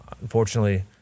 Unfortunately